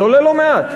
זה עולה לא מעט.